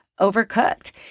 overcooked